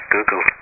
Google